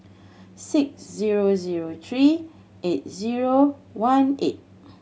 six zero zero three eight zero one eight